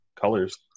colors